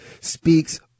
speaks